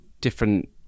different